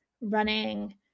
running